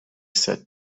said